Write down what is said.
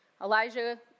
elijah